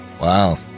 Wow